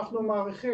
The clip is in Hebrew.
אנחנו מעריכים,